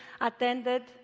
attended